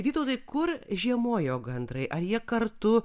vytautai kur žiemojo gandrai ar jie kartu